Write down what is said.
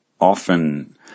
often